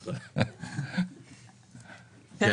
"הגדרות,